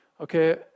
Okay